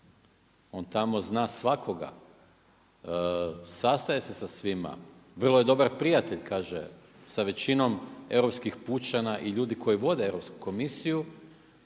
on tamo zna svakoga, sastaje se sa svima, vrlo je dobar prijatelj kaže sa većinom europskih pučana i ljudi koji vode Europsku komisiju,